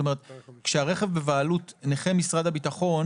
כלומר כשהרכב בבעלות נכה משרד הביטחון